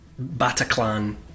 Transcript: Bataclan